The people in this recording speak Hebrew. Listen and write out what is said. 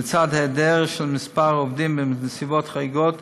ולצד היעדרות של כמה עובדים בנסיבות חריגות,